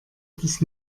das